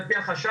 על פי החשד,